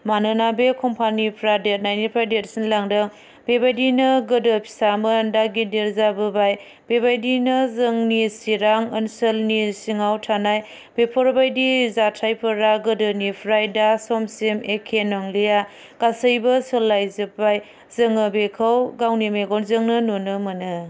मानोना बे कम्पानिफोरा देदनायनिफ्राय देरसिनलांदों बेबायदिनो गोदो फिसामोन दा गिदिर जाबोबाय बेबायदियैनो जोंनि चिरां ओनसोलनि सिङाव थानाय बेफोरबायदि जाथायफोरा गोदोनिफ्राय दा समसिम एखे नंलिया गासैबो सोलायजोबबाय जोङो बेखौ गावनि मेगनजोंनो नुनो मोनो